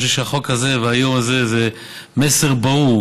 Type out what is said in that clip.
אני חושב שהחוק הזה והיום הזה זה מסר ברור.